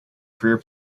career